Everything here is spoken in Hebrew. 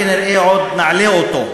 כנראה עוד נעלה אותו,